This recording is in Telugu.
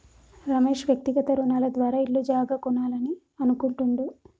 రమేష్ వ్యక్తిగత రుణాల ద్వారా ఇల్లు జాగా కొనాలని అనుకుంటుండు